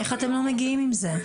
איך אתם לא מגיעים עם זה?